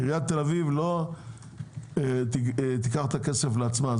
עיריית תל אביב לא תיקח את הכסף לעצמה.